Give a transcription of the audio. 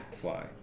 fly